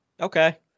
okay